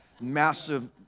massive